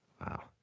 Wow